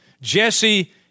Jesse